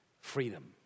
freedom